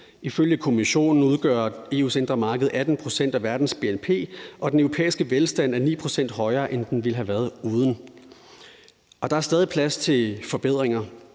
Ifølge Kommissionen udgør EU's indre marked 18 pct. af verdens bnp, og den europæiske velstand er 9 pct. højere, end den ville have været uden. Og der er stadig plads til forbedringer.